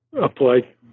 applied